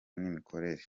n’imikorere